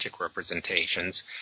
representations